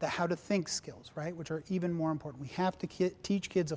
the how to think skills right which are even more important we have to teach kids a